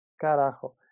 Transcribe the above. Carajo